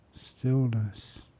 stillness